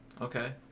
Okay